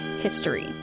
history